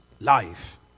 life